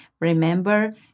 Remember